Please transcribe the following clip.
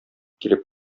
килеп